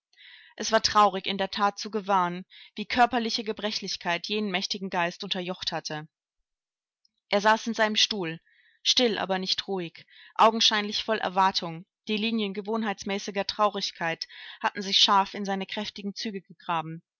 es war traurig in der that zu gewahren wie körperliche gebrechlichkeit jenen mächtigen geist unterjocht hatte er saß in seinem stuhl still aber nicht ruhig augenscheinlich voll erwartung die linien gewohnheitsmäßiger traurigkeit hatten sich scharf in seine kräftigen züge gegraben